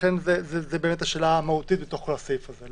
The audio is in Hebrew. לכן זאת השאלה המהותית בתוך הסעיף הזה,